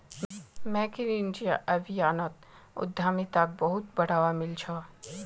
make in India अभियानोत उद्यमिताक बहुत बढ़ावा मिल छ